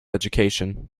education